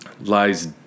lies